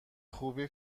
خوبی